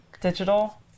digital